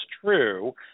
true